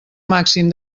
màxim